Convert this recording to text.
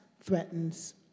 threatens